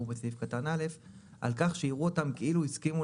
סעיף קטן (א) על כך שיראו אותם כאילו הסכימו